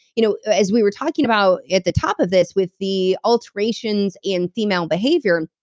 you know as we were talking about, at the top of this, with the alterations in female behavior,